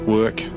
work